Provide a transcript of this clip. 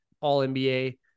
all-NBA